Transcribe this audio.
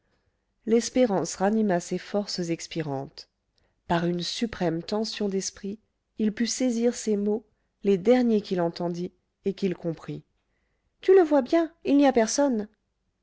l'espérance ranima ses forces expirantes par une suprême tension d'esprit il put saisir ces mots les derniers qu'il entendit et qu'il comprit tu le vois bien il n'y a personne